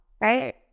right